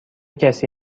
کسی